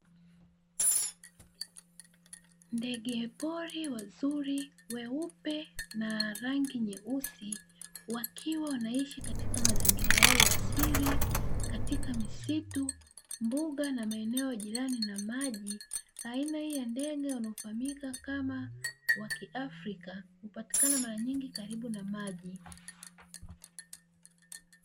Ndege pori wazuri weupe na rangi nyeusi wakiwa wanaishi katika mazingira yao ya asili katika misitu mboga na maeneo ya maji aina hii ya ndege wanaofahamika kama wakiafrika hupatikana karibu na eneo la maji.